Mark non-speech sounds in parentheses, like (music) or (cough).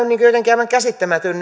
jotenkin aivan käsittämätön (unintelligible)